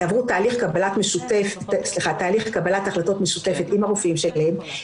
יעברו תהליך קבלת החלטות משותפת עם הרופאים שלהן,